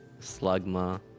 Slugma